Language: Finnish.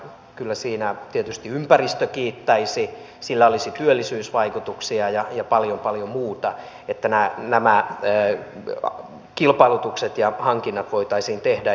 kyllä siinä tietysti ympäristö kiittäisi sillä olisi työllisyysvaikutuksia ja paljon paljon muuta että nämä kilpailutukset ja hankinnat voitaisiin niin tehdä